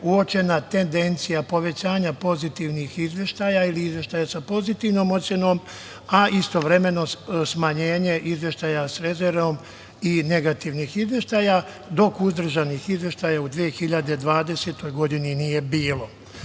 uočena tendencija povećanja pozitivnih izveštaja ili izveštaja sa pozitivnom ocenom, a istovremeno smanjenje izveštaja sa rezervom i negativnih izveštaja, dok uzdržanih izveštaja u 2020. godini nije bilo.U